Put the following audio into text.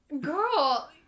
Girl